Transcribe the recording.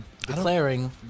Declaring